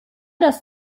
das